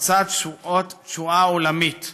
פרצה תשואה עולמית: